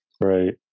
right